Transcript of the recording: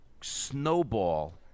snowball